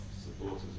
supporters